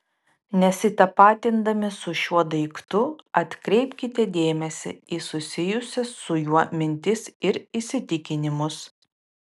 nesitapatindami su šiuo daiktu atkreipkite dėmesį į susijusias su juo mintis ir įsitikinimus